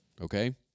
Okay